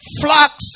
Flocks